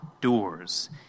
doors